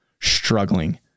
struggling